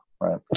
right